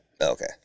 Okay